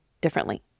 differently